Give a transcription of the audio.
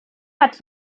hat